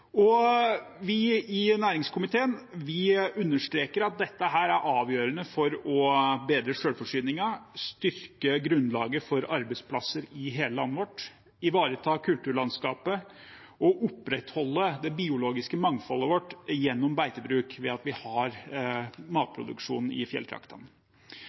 Vi i næringskomiteen understreker at det er avgjørende for å bedre selvforsyningen, styrke grunnlaget for arbeidsplasser i hele landet vårt, ivareta kulturlandskapet og opprettholde det biologiske mangfoldet vårt gjennom beitebruk ved at vi har matproduksjon i fjelltraktene.